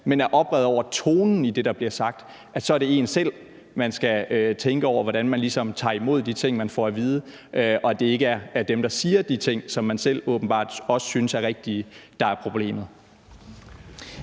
og er oprevet over tonen i det, der bliver sagt, så er det en selv, man skal tænke over, i forhold til hvordan man ligesom tager imod de ting, man får at vide, og så er det ikke dem, der siger de ting, som man selv åbenbart også synes er rigtige, der er problemet?